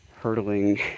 hurtling